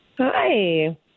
Hi